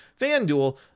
FanDuel